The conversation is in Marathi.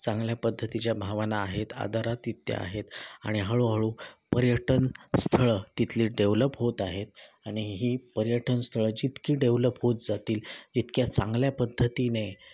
चांगल्या पद्धतीच्या भावना आहेत आदरातिथ्य आहेत आणि हळूहळू पर्यटन स्थळं तिथली डेव्हलप होत आहेत आणि ही पर्यटनस्थळं जितकी डेव्हलप होत जातील जितक्या चांगल्या पद्धतीने